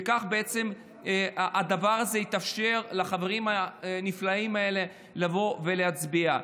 וכך יתאפשר לחברים הנפלאים האלה לבוא ולהצביע.